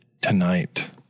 tonight